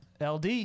LD